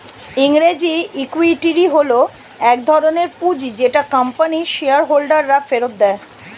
ইংরেজিতে ইক্যুইটি হল এক ধরণের পুঁজি যেটা কোম্পানির শেয়ার হোল্ডাররা ফেরত দেয়